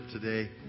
today